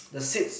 the seeds